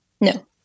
No